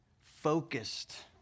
focused